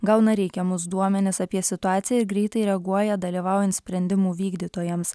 gauna reikiamus duomenis apie situaciją ir greitai reaguoja dalyvaujant sprendimų vykdytojams